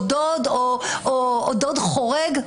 או דוד או דוד חורג.